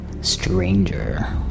...stranger